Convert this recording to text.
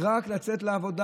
רק לצאת לעבודה,